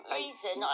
reason